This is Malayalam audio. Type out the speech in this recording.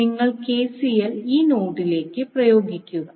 അതിനാൽ നിങ്ങൾ KCL ഈ നോഡിലേക്ക് പ്രയോഗിക്കുക